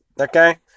Okay